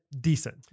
decent